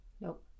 Nope